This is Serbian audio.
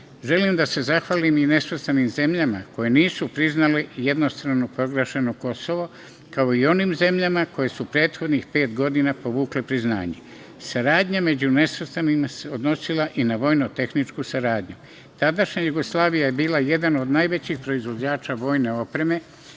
da se zahvalim i nesvrstanim zemljama koje nisu priznali jednostrano proglašeno Kosovo, kao i onim zemljama koje su prethodnih pet godina povukle priznanje. Saradnja među nesvrstanim zemljama se odnosila i na vojno-tehničku saradnju. Tadašnja Jugoslavija je bila jedna od najvećih proizvođača vojne opreme,